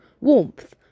warmth